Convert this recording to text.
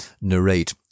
narrate